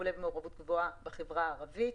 מעורבות גבוהה בחברה הערבית.